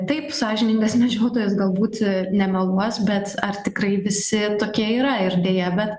taip sąžiningas medžiotojas galbūt nemeluos bet ar tikrai visi tokie yra ir deja bet